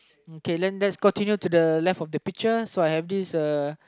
okay then let's continue to the left of the picture so I have this uh